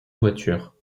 voiture